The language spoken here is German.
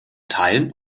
teilen